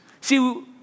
See